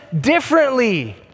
differently